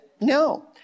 No